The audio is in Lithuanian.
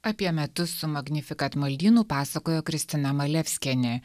apie metus su magnificat maldynu pasakojo kristina malevskienė